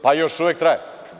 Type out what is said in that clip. Pa, još uvek traje.